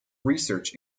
research